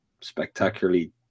spectacularly